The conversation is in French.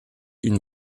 une